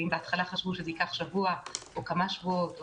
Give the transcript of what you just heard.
בהתחלה חשבו שזה ייקח שבוע או כמה שבועות.